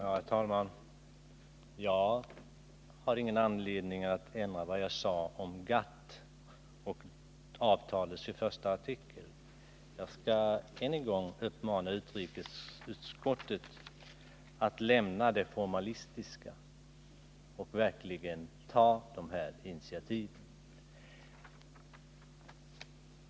Herr talman! Jag har ingen anledning att ändra vad jag sade on: GATT och avtalets artikel XXI. Jag skall än en gång uppmana utrikesutskottet att lämna det formalistiska och verkligen ta de här initiativen.